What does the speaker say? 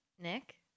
Nick